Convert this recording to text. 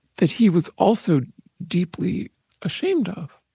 that he was also deeply ashamed of